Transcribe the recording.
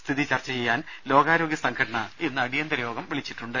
സ്ഥിതി ചർച്ച ചെയ്യാൻ ലോകാരോഗ്യ സംഘടന ഇന്ന് അടിയന്തരയോഗം വിളിച്ചിട്ടുണ്ട്